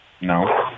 No